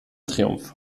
triumph